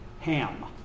Ham